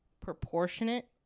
Proportionate